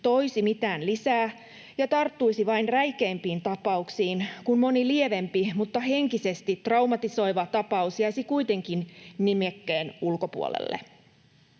toisi mitään lisää ja tarttuisi vain räikeimpiin tapauksiin, kun moni lievempi mutta henkisesti traumatisoiva tapaus jäisi kuitenkin nimikkeen ulkopuolelle.